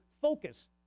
focus